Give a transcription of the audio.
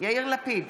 יאיר לפיד,